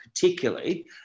particularly